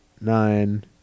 nine